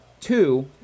Two